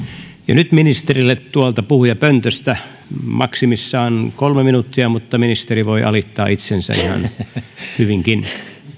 nyt ministerille tuolta puhujapöntöstä maksimissaan kolme minuuttia mutta ministeri voi alittaa itsensä ihan hyvinkin